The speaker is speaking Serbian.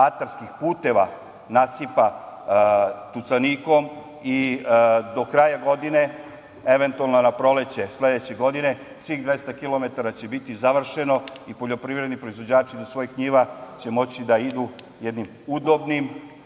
atarskih puteva nasipa tucanikom. Do kraja godine, eventualno na proleće sledeće godine, svih 200 km će biti završeno i poljoprivredni proizvođači će do svojih njiva moći da idu jednim udobnim,